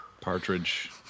partridge